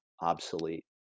obsolete